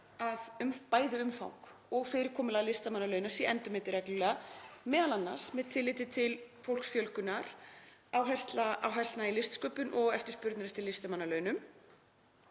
að bæði umfang og fyrirkomulag listamannalauna sé endurmetið reglulega, m.a. með tilliti til fólksfjölgunar, áherslna í listsköpun og eftirspurnar eftir listamannalaunum.